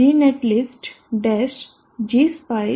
gnetlist dash g spice dash sdb output to series